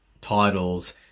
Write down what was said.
titles